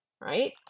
right